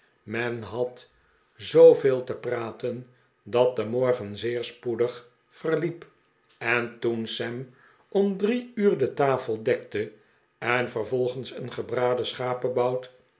men had zooveel te praten tiat de morgen zeer spoedig veriiep en toen sam om drie uur de tafel dekte en vervolgens een gebraden